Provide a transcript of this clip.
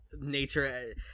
nature